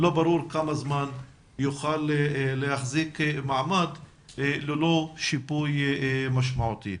לא ברור כמה זמן יוכל להחזיק מעמד ללא שיפוי משמעותי.